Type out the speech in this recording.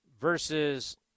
versus